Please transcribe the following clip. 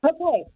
Okay